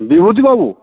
বিভূতিবাবু